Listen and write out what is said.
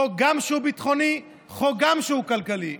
חוק שהוא גם ביטחוני, חוק שהוא גם כלכלי.